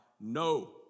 no